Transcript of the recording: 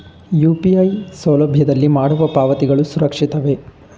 UPI ಸೌಲಭ್ಯದಲ್ಲಿ ಮಾಡುವ ಪಾವತಿಗಳು ಸುರಕ್ಷಿತವೇ?